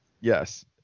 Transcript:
Yes